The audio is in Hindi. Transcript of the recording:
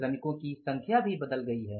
श्रमिकों की संख्या भी बदल गई है